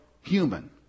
human